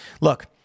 Look